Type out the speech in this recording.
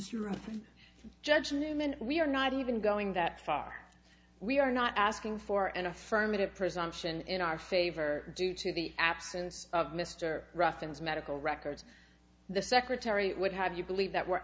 supported judge newman we are not even going that far we are not asking for an affirmative presumption in our favor due to the absence of mr ruffin's medical records the secretary would have you believe that we're